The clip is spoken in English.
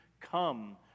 come